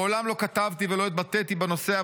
מעולם לא כתבתי ולא התבטאתי בנושא,